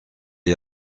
est